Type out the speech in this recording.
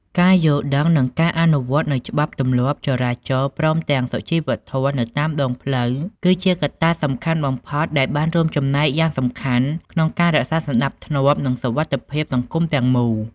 ការយល់ដឹងនិងការអនុវត្តនូវច្បាប់ទម្លាប់ចរាចរណ៍ព្រមទាំងសុជីវធម៌នៅតាមដងផ្លូវគឺជាកត្តាសំខាន់បំផុតដែលបានរួមចំណែកយ៉ាងសំខាន់ក្នុងការរក្សាសណ្តាប់ធ្នាប់និងសុវត្ថិភាពសង្គមទាំងមូល។